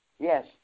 Yes